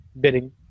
bidding